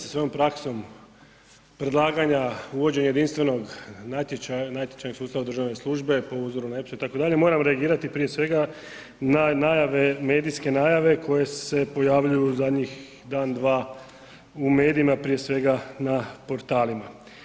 svojom praksom predlaganja, uvođenja jedinstvenog natječaja, natječajnog sustava u državne službe po uzoru na EPSO itd., moram reagirati prije svega na najave, medijske najave koje se pojavljuju u zadnjih dan, dva u medijima, prije svega na portalima.